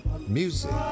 music